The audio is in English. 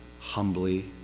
humbly